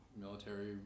military